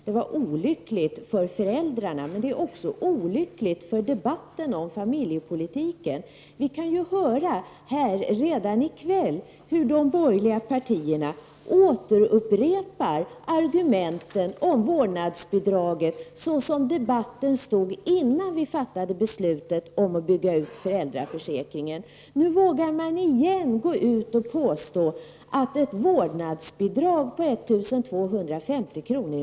Det var olyckligt för föräldrarna, men också för debatten om familjepolitiken. Vi kan här redan i kväll höra hur de borgerliga partierna återupprepar argumenten om vårdnadsbidraget såsom de stod vid debatten innan vi fattade beslutet om att bygga ut föräldraförsäkringen. Nu vågar man igen gå ut och påstå att ett vårdnadsbidrag på 1250 kr.